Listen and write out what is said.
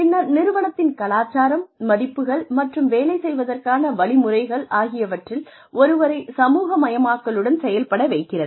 பின்னர் நிறுவனத்தின் கலாச்சாரம் மதிப்புகள் மற்றும் வேலை செய்வதற்கான வழிமுறைகள் ஆகியவற்றில் ஒருவரை சமூக மயமாக்கலுடன் செயல்பட வைக்கிறது